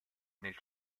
nel